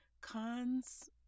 cons